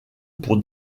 pour